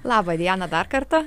labą dieną dar kartą